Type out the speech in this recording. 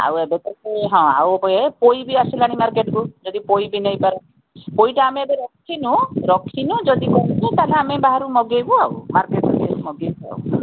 ଆଉ ଏବେ ତ ସେଇ ହଁ ଆଉ ଇଏ ପୋଇ ବି ଆସିଲାଣି ମାର୍କେଟ୍କୁ ଯଦି ପୋଇ ବି ନେଇପାରିବେ ପୋଇଟା ଆମେ ଏବେ ରଖିନୁ ରଖିନୁ ଯଦି କହିବେ ତା'ହେଲେ ଆମେ ବାହାରୁ ମଗାଇବୁ ଆଉ ମାର୍କେଟ୍ରୁ ଆଣି ମଗାଇବୁ